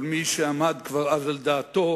כל מי שכבר עמד אז על דעתו